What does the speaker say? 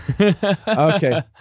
Okay